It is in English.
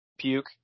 puke